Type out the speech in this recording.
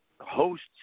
hosts